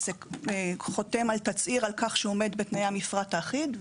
רפרנט רישוי עסקים בלשכה המשפטית.